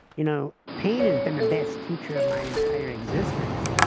you know pain has been the best teacher of my entire existence,